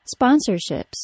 sponsorships